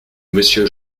monsieur